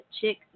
Chick